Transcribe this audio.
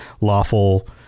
lawful